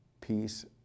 peace